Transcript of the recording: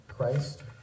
Christ